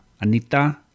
Anita